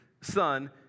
Son